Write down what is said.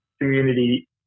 community